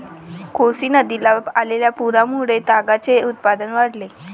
कोसी नदीला आलेल्या पुरामुळे तागाचे उत्पादन वाढले